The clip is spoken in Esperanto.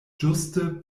ĝuste